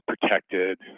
protected